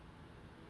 have you vomit